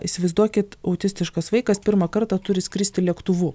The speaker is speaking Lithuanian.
įsivaizduokit autistiškas vaikas pirmą kartą turi skristi lėktuvu